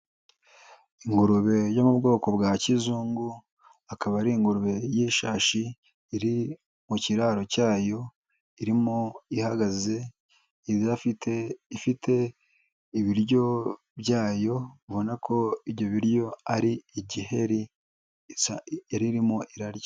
Ingurube yo mu bwoko bwa kizungu akaba ari ingurube y'ishashi iri mu kiraro cyayo, irimo ihagaze idafite ifite ibiryo byayo, ubona ko ibyo biryo ari igiheri irimo irarya.